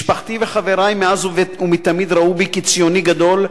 משפחתי וחברי מאז ומתמיד ראו בי ציוני גדול,